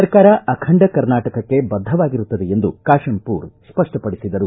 ಸರ್ಕಾರ ಅಖಂಡ ಕರ್ನಾಟಕಕ್ಕೆ ಬದ್ಧವಾಗಿರುತ್ತದೆ ಎಂದು ಕಾಶಂಪೂರ್ ಸ್ಪಷ್ಟಪಡಿಸಿದರು